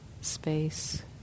space